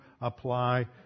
apply